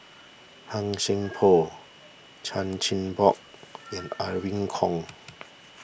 Han Sai Por Chan Chin Bock and Irene Khong